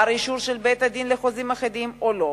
אישור של בית-הדין לחוזים אחידים או לא.